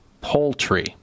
poultry